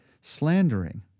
Slandering